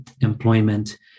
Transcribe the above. employment